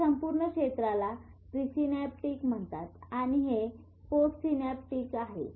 या संपूर्ण क्षेत्राला प्रीसिनॅप्टिक म्हणतात आणि हे पोस्टसिनॅप्टिक आहे